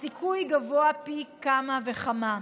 הסיכוי גבוה פי כמה וכמה.